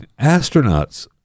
astronauts